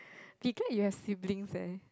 be glad you have siblings eh